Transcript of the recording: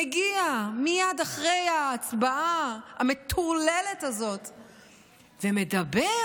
מגיע מייד אחרי ההצבעה המטורללת הזאת ואומר,